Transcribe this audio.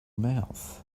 mouth